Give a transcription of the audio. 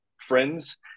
friends